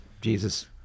Jesus